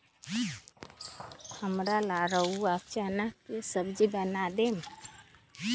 हमरा ला रउरा चना के सब्जि बना देम